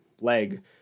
leg